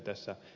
tässä ed